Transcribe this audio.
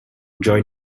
join